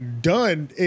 done